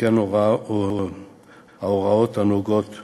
וכן הוראות הנוגעות